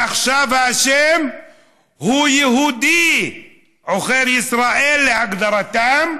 עכשיו האשם הוא יהודי עוכר ישראל, להגדרתם,